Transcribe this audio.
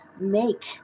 make